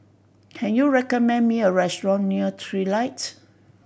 can you recommend me a restaurant near Trilight